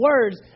words